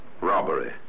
Robbery